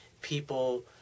people